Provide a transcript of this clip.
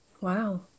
Wow